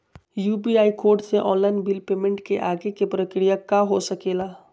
UPI code से online bill payment के आगे के प्रक्रिया का हो सके ला?